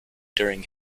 during